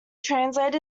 translated